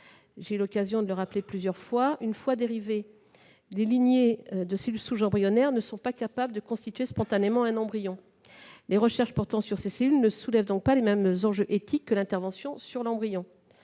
J'ai eu l'occasion de le rappeler plusieurs fois, une fois dérivées, les lignées de cellules souches embryonnaires ne sont pas capables de constituer spontanément un embryon. Les recherches portant sur ces cellules ne soulèvent donc pas les mêmes enjeux éthiques que l'intervention sur l'embryon.